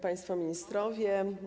Państwo Ministrowie!